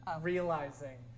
Realizing